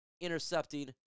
intercepting